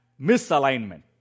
misalignment